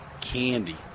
candy